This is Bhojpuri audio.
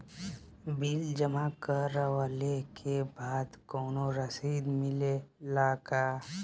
बिल जमा करवले के बाद कौनो रसिद मिले ला का?